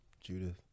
Judith